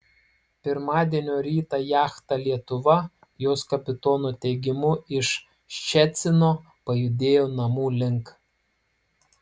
pirmadienio rytą jachta lietuva jos kapitono teigimu iš ščecino pajudėjo namų link